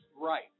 right